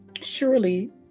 Surely